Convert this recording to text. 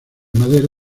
madera